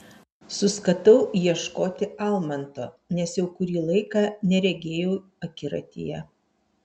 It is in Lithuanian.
suskatau ieškoti almanto nes jau kurį laiką neregėjau akiratyje